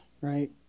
right